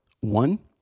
One